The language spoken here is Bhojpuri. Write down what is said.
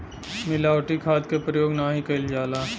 मिलावटी खाद के परयोग नाही कईल जाला